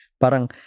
Parang